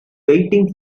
waiting